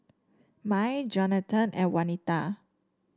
Mai Jonatan and Wanita